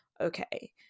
Okay